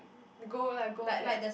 gold lah gold hair